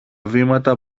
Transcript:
βήματα